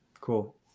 Cool